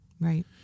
Right